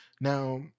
now